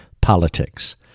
politics